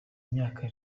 imyaka